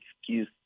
excuse